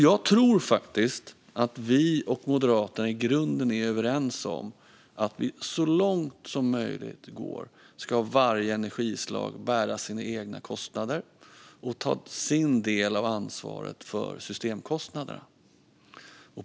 Jag tror faktiskt att vi och Moderaterna i grunden är överens om att varje energislag så långt som möjligt ska bära sin egna kostnader och ta sin del av ansvaret för systemkostnaderna.